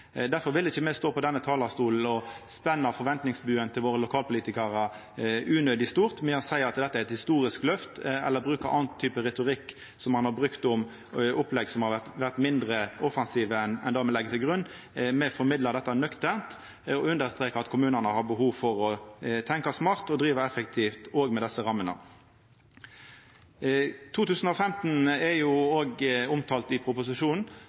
Derfor vil ikkje me stå på denne talarstolen og spenna forventingsbogen til våre lokalpolitikarar unødig høgt ved å seia at dette er eit historisk løft, eller bruka annan retorikk som ein har brukt om opplegg som har vore mindre offensive enn det me legg til grunn. Me formidlar dette nøkternt og understrekar at kommunane har behov for å tenkja smart og driva effektivt òg med desse rammene. 2015 er òg omtalt i